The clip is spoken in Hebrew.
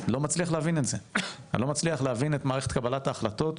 לא מצליח להבין את מערכת קבלת ההחלטות